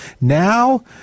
now